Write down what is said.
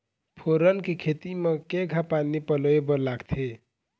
फोरन के खेती म केघा पानी पलोए बर लागथे?